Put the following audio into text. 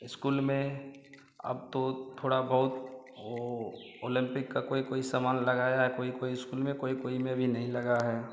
school में अब तो थोड़ा बहुत वो ओलम्पिक का कोई कोई सामान लगाया है कोई कोई इस्कुल में कोई कोई में अभी नहीं लगा है